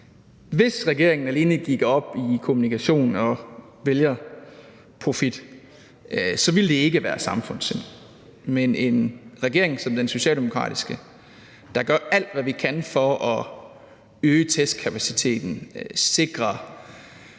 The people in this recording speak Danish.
Hvis regeringen alene gik op i kommunikation og vælgerprofit, ville det ikke være samfundssind. Men en regering som den socialdemokratiske, der gør alt, hvad den kan, for at øge testkapaciteten og sikre